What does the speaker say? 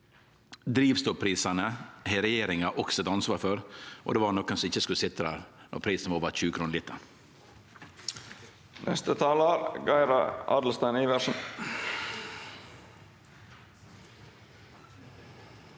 Drivstoffprisane har regjeringa også eit ansvar for, og det var nokon som ikkje skulle sitje der når prisen var over 20 kr literen.